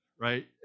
right